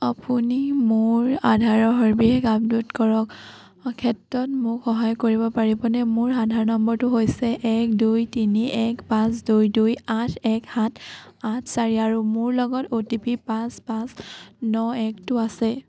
আপুনি মোৰ আধাৰৰ সবিশেষ আপডে'ট কৰাৰ ক্ষেত্ৰত মোক সহায় কৰিব পাৰিবনে মোৰ আধাৰ নম্বৰটো হৈছে এক দুই তিনি এক পাঁচ দুই দুই আঠ এক সাত আঠ চাৰি আৰু মোৰ লগত অ' টি পি পাঁচ পাঁচ ন একটো আছে